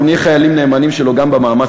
אנחנו נהיה חיילים נאמנים שלו גם במאמץ